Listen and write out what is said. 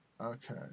Okay